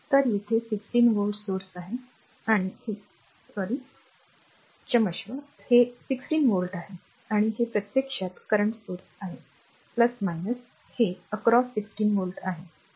तर येथे 16 volt स्त्रोत आहे आणि हे क्षमस्व आहे हे 16 volt आहे आणि हे प्रत्यक्षात current स्त्रोत आहे हे ओलांडणे हे 16 व्होल्ट आहे